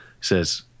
says